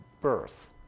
birth